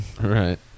Right